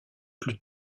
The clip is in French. plus